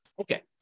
okay